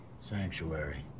Sanctuary